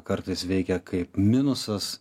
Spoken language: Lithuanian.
kartais veikia kaip minusas